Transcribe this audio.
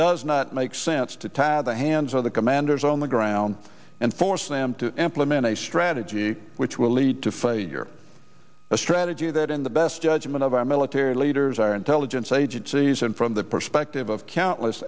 does not make sense to tap the hands of the commanders on the ground and force them to implement a strategy which will lead to failure a strategy that in the best judgment of our military leaders our intelligence agencies and from the perspective of countless